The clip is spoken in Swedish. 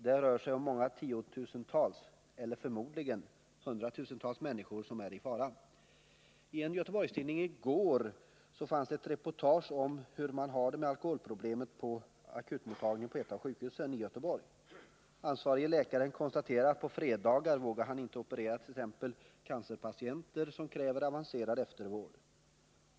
Det rör sig om många tiotusental eller förmodligen hundratusentals människor som är i fara. I en Göteborgstidning i går fanns ett reportage om hur man har det med alkoholproblemet på akutmottagningen på ett av sjukhusen i Göteborg. Den ansvarige läkaren konstaterar att han på fredagar inte vågar operera t.ex. cancerpatienter som kräver avancerad eftervård.